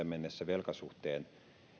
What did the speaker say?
mennessä velkasuhteen